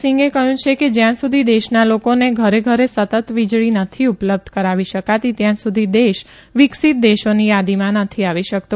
સિઘે કહયું છે કે જયાં સુધી દેશના લોકોને ઘરે ઘરે સતત વીજળી નથી ઉપલબ્ધ કરાવી શકાતી ત્યાં સુધી દેશ વિકસીત દેશોની યાદીમાં નથી આવી શકતો